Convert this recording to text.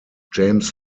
james